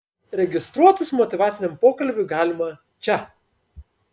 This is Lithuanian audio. registruotis motyvaciniam pokalbiui galima čia